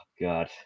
God